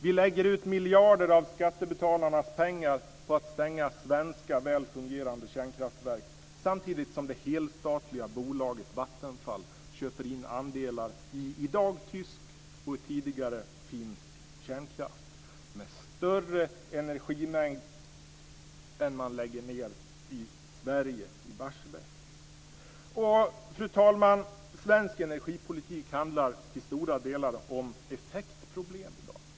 Vi lägger ut miljarder av skattebetalarnas pengar på att stänga svenska väl fungerande kärnkraftverk samtidigt som det helstatliga bolaget Vattenfall i dag köper in andelar i kärnkraftverk i Tyskland och tidigare i Finland. Det handlar om en större energimängd än vad de Barsebäcksreaktorer som man lägger ned i Sverige klarar. Fru talman! Svensk energipolitik handlar till stora delar om effektproblem i dag.